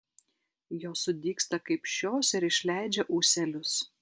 jos sudygsta kaip šios ir išleidžia ūselius